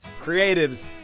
creatives